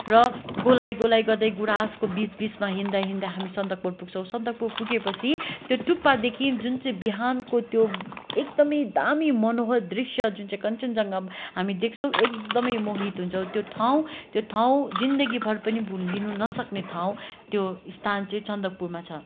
र गोलाइ गोलाइ गर्दै गुराँसको बिचबिचमा हिँड्दा हिँड्दा हामी सन्दकपुर पुग्छौँ र सन्दकपुर पुगेपछि त्यो टुप्पादेखि जुन चाहिँ बिहानको त्यो एकदमै दामी मनोहर दृश्य जुन चाहिँ कन्चनजङ्घा पनि हामी देख्छौँ एकदमै मोहित हुन्छौँ त्यो ठाउँ त्यो ठाउँ जिन्दगीभर पनि भुल्लिनु नसक्ने ठाउँ त्यो स्थान चाहिँ सन्दकपूमा छ